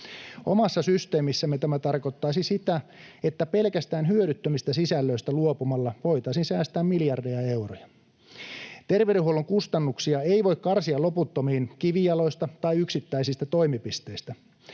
Omassa systeemissämme tämä tarkoittaisi sitä, että pelkästään hyödyttömistä sisällöistä luopumalla voitaisiin säästää miljardeja euroja. Terveydenhuollon kustannuksia ei voi karsia loputtomiin kivijaloista tai yksittäisistä toimipisteistä.